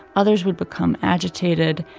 others would become agitated.